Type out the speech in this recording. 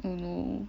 !aiyo!